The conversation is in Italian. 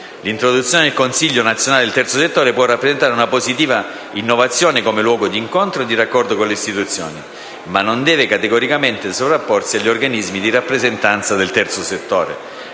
L'introduzione del Consiglio nazionale del terzo settore può rappresentare una positiva innovazione come luogo di incontro e di raccordo con le istituzioni, ma non deve categoricamente sovrapporsi agli organismi di rappresentanza del terzo settore.